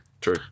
true